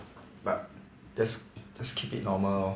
but just just keep it normal lor